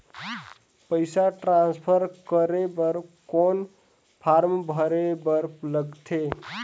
पईसा ट्रांसफर करे बर कौन फारम भरे बर लगथे?